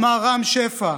אמר רם שפע,